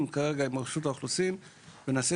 ואחרי שגמרו את הבירור, מה מונפק להם?